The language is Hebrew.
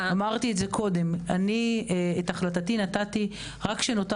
אמרתי קודם שאת ההחלטה שלי נתתי רק כשנותר